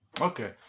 Okay